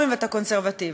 אפילו את זה הם לא עשו.